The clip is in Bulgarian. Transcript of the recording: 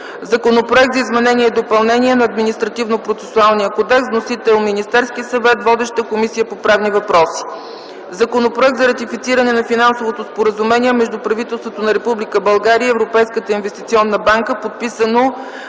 Законопроект за изменение и допълнение на Административнопроцесуалния кодекс. Вносител е Министерският съвет. Водеща е Комисията по правни въпроси. Законопроект за ратифициране на Финансовото споразумение между правителството на Република България и Европейската инвестиционна банка, подписано